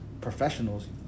professionals